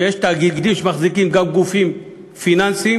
שיש תאגידים שמחזיקים גם גופים פיננסיים